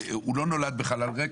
והוא לא נולד בחלל ריק.